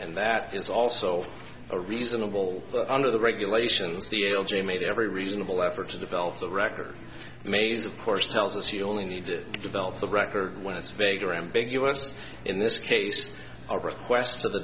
and that is also a reasonable under the regulations the l j made every reasonable effort to develop the record maze of course tells us you only need to develop the record when it's vague or ambiguous in this case a request to the